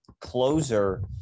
closer